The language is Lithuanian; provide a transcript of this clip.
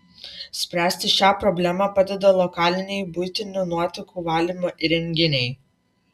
spręsti šią problemą padeda lokaliniai buitinių nuotekų valymo įrenginiai